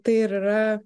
tai ir yra